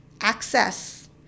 access